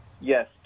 Yes